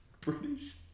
British